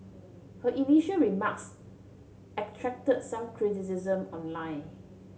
her initial remarks attracted some criticism online